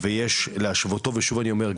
ויש להשוותו ושוב אני אומר,